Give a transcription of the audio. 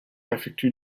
effectue